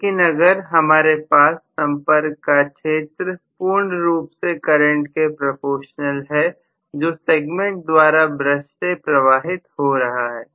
लेकिन अगर हमारे पास संपर्क का क्षेत्र पूर्ण रूप से करंट के प्रपोजनल है जो सेगमेंट द्वारा ब्रश में प्रवाहित हो रहा है